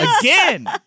again